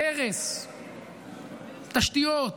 הרס תשתיות,